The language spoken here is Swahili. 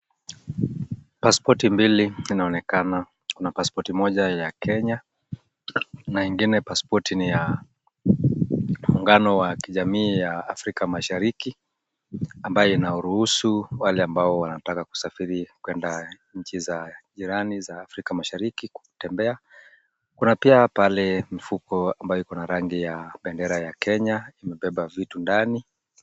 Pasipoti mbili zinaonekana. Kuna Pasipoti moja ya Kenya na ingine pasipoti ni ya muungano wa jamii ya Afrika Mashariki ambayo inaruhusu wale ambao wanataka kusafiri kwenda nchi jirani za Afrika Mashariki kutembea. Kuna pia pale mfuko ambao una bendera ya Kenya. Umebeba vitu ndani.